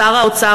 שר האוצר,